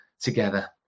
together